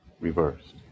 reversed